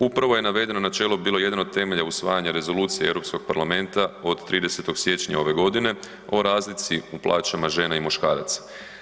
Upravo je navedeno načelo bilo jedan od temelja usvajanja rezolucije Europskog parlamenta od 30. siječnja ove godine o razlici u plaćama žena i muškaraca.